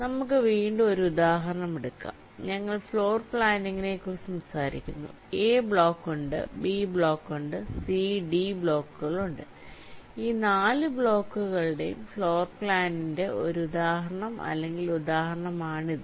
നമുക്ക് വീണ്ടും ഒരു ഉദാഹരണം എടുക്കാം ഞങ്ങൾ ഫ്ലോർ പ്ലാനിംഗിനെക്കുറിച്ച് സംസാരിക്കുന്നു A ബ്ലോക്ക് ഉണ്ട് B ബ്ലോക്ക് ഉണ്ട് C D ബ്ലോക്കുകൾ ഉണ്ട് ഈ 4 ബ്ലോക്കുകളുടെ ഫ്ലോർപ്ലാനിന്റെ ഒരു ഉദാഹരണം അല്ലെങ്കിൽ ഉദാഹരണമാണിത്